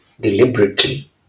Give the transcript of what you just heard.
deliberately